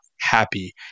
happy